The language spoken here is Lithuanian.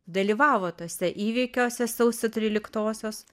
dalyvavo tuose įvykiuose sausio tryliktosios